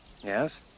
Yes